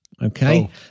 Okay